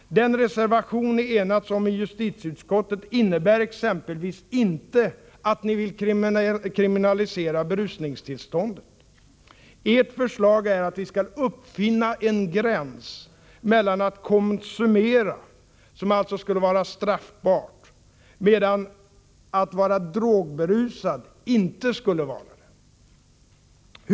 Den reservation ni enats om i justitieutskottet innebär exempelvis inte att ni vill kriminalisera berusningstillståndet. Ert förslag är att vi skall uppfinna en gräns mellan ”att konsumera” — som alltså skulle vara straffbart — och ”att vara drogberusad” som inte skulle vara det.